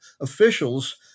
officials